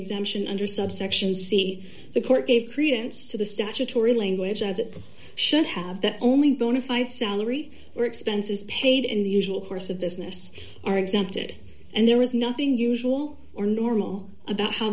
exemption under subsection c the court gave credence to the statutory language as it should have that only bona fide salary or expenses paid in the usual course of this are exempted and there was nothing usual or normal about how